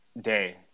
day